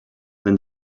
than